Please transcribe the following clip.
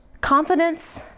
Confidence